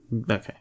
Okay